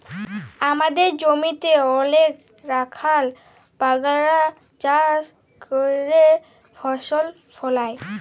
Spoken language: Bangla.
আমাদের জমিতে অলেক রাখাল বাগালরা চাষ ক্যইরে ফসল ফলায়